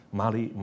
mali